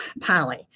Polly